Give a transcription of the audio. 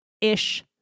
ish